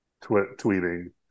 tweeting